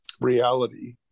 reality